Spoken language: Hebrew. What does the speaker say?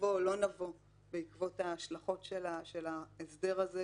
נבוא או לא נבוא בעקבות ההשלכות של ההסדר הזה,